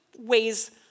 ways